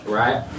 right